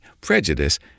Prejudice